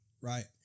right